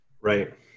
Right